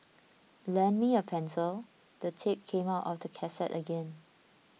lend me a pencil the tape came out of the cassette again